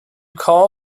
call